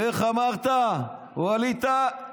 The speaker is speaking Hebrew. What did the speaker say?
ואיך אמרת, ווליד טאהא?